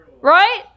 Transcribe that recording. right